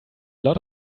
lot